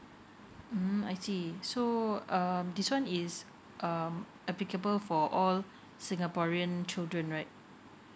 mm I see so um this one is um applicable for all singaporean children right